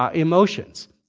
um emotions.